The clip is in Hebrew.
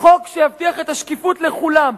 חוק שיבטיח את השקיפות לכולם.